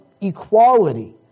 equality